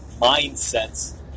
mindsets